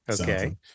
Okay